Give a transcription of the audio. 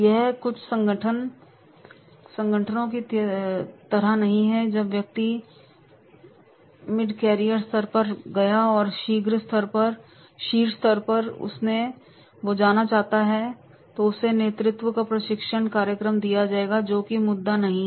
यह कुछ संगठनों की तरह नहीं है जब व्यक्ति मिडकेरियर स्तर पर पहुंच गया है और अब शीर्ष स्तर पर जाना चाहता है तो उसे नेतृत्व का प्रशिक्षण कार्यक्रम दिया जाएगा जो कि मुद्दा नहीं है